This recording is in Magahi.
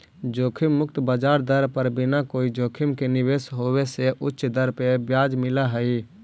जोखिम मुक्त ब्याज दर पर बिना कोई जोखिम के निवेश होवे से उच्च दर पर ब्याज मिलऽ हई